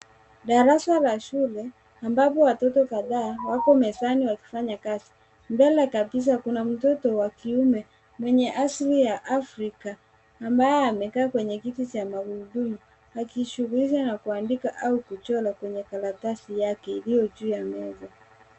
Darasa la shule ambavyo watoto kadhaa wako mezani wakifanya kazi ,mbele kabisa kuna mtoto wa kiume mwenye asili ya afrika ambaye amekaa kwenye kiti cha magurudumu akijishughulisha na kuandika au kuchora kwenye karatasi yake iliyo juu ya meza.